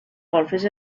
golfes